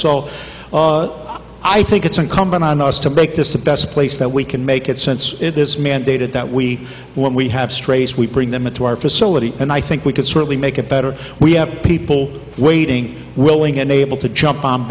so i think it's incumbent on us to make this the best place that we can make it since it is mandated that we when we have strays we bring them into our facility and i think we can certainly make it better we have people waiting willing and able to jump on